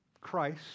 Christ